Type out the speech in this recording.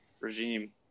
regime